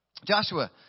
Joshua